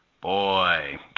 Boy